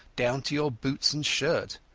down to your boots and shirt.